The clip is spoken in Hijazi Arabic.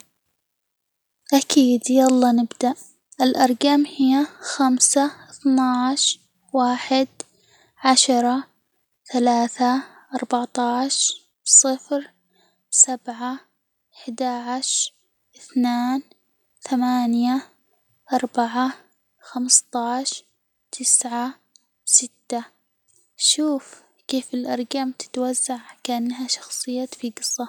أكيد يلا نبدأ، الأرجام هي خمسة، اثنا عشر، واحد، عشرة، ثلاثة، أربعة عشر، صفر، سبعة، أحد عشر، اثنان، ثمانية، أربعة، خمسة عشر، تسعة، ستة، شوف كيف الأرجام تتوزع كأنها شخصيات في قصة!